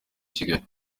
kigali